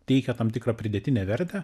teikia tam tikrą pridėtinę vertę